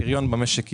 כך הפריון במשק יגבר,